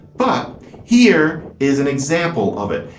but here is an example of it.